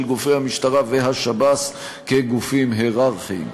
גופי המשטרה והשב"ס כגופים הייררכיים.